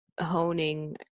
honing